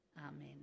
Amen